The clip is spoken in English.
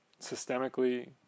systemically